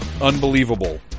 unbelievable